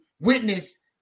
witness